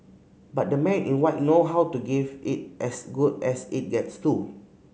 but the Men in White know how to give it as good as it gets too